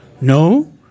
no